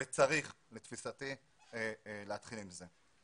לתפיסתי צריך להתחיל עם זה.